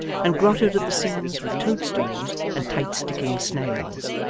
and grottoed at the seams with toad-stools and tight-sticking snails.